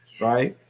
right